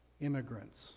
immigrants